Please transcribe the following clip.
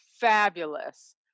fabulous